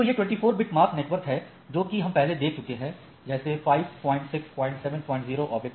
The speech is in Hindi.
तो यह 24 Bit मास्क नेटवर्क है जो कि हम पहले देख चुके हैं 5670 24